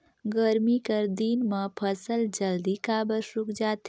गरमी कर दिन म फसल जल्दी काबर सूख जाथे?